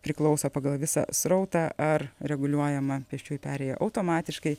priklauso pagal visą srautą ar reguliuojamą pėsčiųjų perėją automatiškai